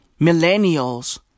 millennials